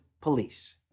police